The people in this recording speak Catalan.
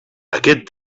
aquest